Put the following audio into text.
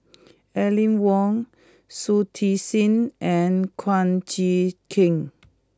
Aline Wong Shui Tit Sing and Kum Chee Kin